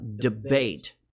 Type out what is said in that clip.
debate